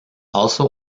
also